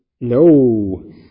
No